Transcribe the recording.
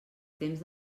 temps